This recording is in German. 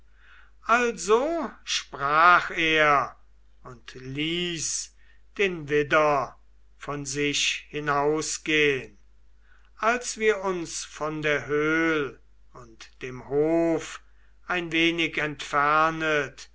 also sprach er und ließ den widder von sich hinausgehn als wir uns von der höhl und dem hof ein wenig entfernet